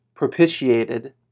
propitiated